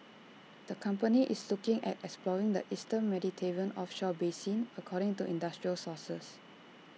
the company is looking at exploring the eastern Mediterranean offshore basin according to industry sources